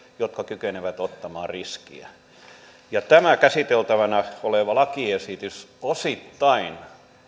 jotka kykenevät ottamaan riskiä tämä käsiteltävänä oleva lakiesitys osittain